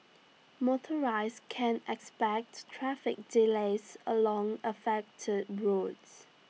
motorists can expect traffic delays along affected roads